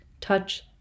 touch